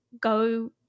go